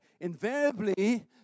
invariably